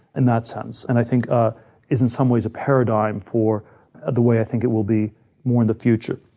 in that sense. and i think it ah is, in some ways, a paradigm for the way i think it will be more in the future.